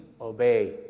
obey